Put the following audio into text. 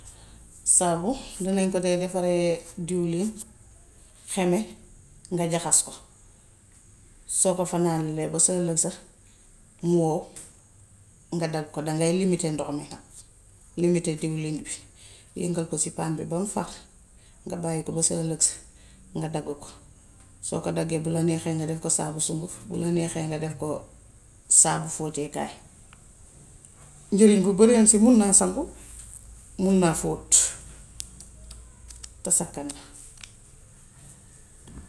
Saabu dinañ ko dee defaree diwlin, xeme nga jaxas ko. Soo ko fanaanlee ba sa ëllëg sa, mu wow, nga dag ko. Dangay limiter ndox mi. Limiter diwlin bi, yëngël ko si paan bi bam far, nga bàyyi ko ba sa ëllëg sa, nga dagg ko. Soo ko daggee bu la neexee nga def ko saabu sunguf. Bu la neexee nga def ko saabu fóoteekaay. Njëriñ bu bareeŋ si. Mun naa sangu, mun naa fóot, te sakkan na.